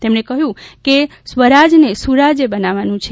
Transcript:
તેમણે કહ્યું કે સ્વરાજયને સુરાજય બનાવવાનું છે